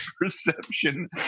perception